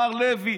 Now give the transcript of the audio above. מר לוי,